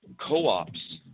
co-ops